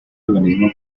organismo